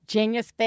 Genius